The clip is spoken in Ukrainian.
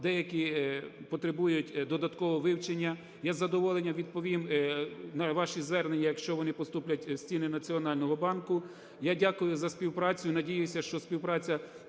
деякі потребують додаткового вивчення. Я із задоволенням відповім на ваші звернення, якщо вони поступлять в стіни Національного банку. Я дякую за співпрацю і надіюся, що співпраця